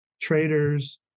traders